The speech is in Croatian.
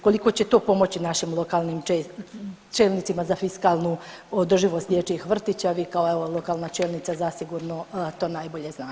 Koliko će to pomoći našim lokalnim čelnicima za fiskalnu održivost dječjih vrtića, vi kao evo lokalna čelnica zasigurno to najbolje znate.